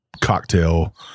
cocktail